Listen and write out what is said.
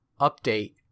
update